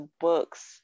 books